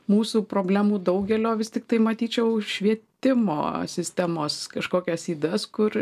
mūsų problemų daugelio vis tiktai matyčiau švietimo sistemos kažkokias ydas kur